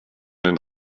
den